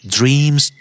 Dreams